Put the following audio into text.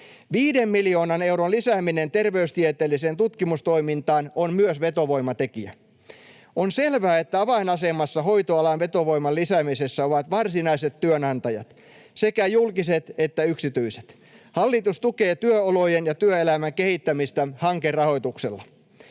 miljoonan euron lisääminen terveystieteelliseen tutkimustoimintaan on vetovoimatekijä. On selvää, että avainasemassa hoitoalan vetovoiman lisäämisessä ovat varsinaiset työnantajat — sekä julkiset että yksityiset. Hallitus tukee työolojen ja työelämän kehittämistä hankerahoituksella.